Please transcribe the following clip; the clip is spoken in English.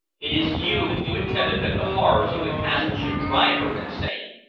it is you who intended that the horrors of the castle should drive her insane,